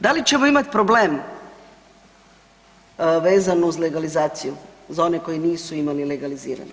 Da li ćemo imati problem vezan uz legalizaciju za one koji nisu imali legalizirano?